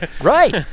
Right